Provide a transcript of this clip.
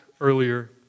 earlier